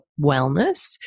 wellness